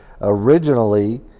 Originally